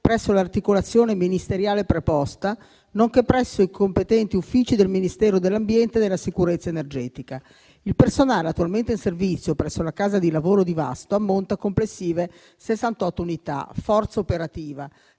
presso l'articolazione ministeriale preposta, nonché presso i competenti uffici del Ministero dell'ambiente e della sicurezza energetica. Il personale attualmente in servizio presso la casa di lavoro di Vasto ammonta a complessive 68 unità forza operativa,